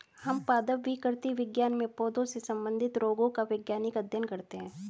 हम पादप विकृति विज्ञान में पौधों से संबंधित रोगों का वैज्ञानिक अध्ययन करते हैं